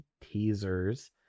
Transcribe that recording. teasers